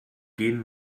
gehen